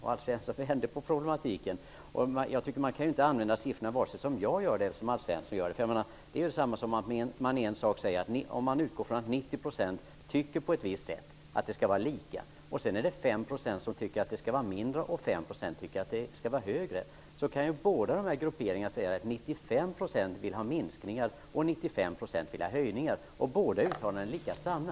Alf Svensson vände på det hela. Man kan inte använda siffrorna vare sig som Alf Svensson gör eller som jag gör. Om man utgår ifrån att 90 % tycker att biståndet skall vara oförändrat, att 5 % tycker att det skall vara lägre och att 5 % tycker att det skall vara högre kan ju de båda sista grupperingarna säga att 95 % vill ha minskningar eller att 95 % vill ha höjningar. Båda uttalandena är lika sanna.